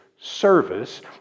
service